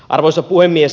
arvoisa puhemies